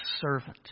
servant